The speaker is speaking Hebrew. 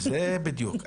בדיוק.